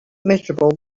miserable